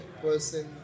person